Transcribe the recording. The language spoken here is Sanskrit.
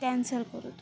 क्यान्सल् करोतु